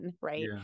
right